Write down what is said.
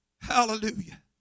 Hallelujah